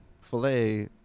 filet